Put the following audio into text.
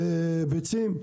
ביצים.